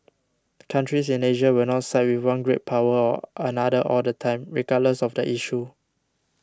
countries in Asia will not side with one great power or another all the time regardless of the issue